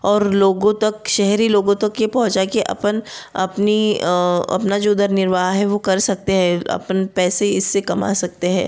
और लोगों तक शहरी लोगों तक ये पहुंचाए कि अपन अपनी अपना जो उधर निर्वाह है वो कर सकते हैं अपन पैसे इससे कमा सकते हैं